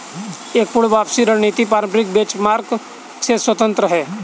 एक पूर्ण वापसी रणनीति पारंपरिक बेंचमार्क से स्वतंत्र हैं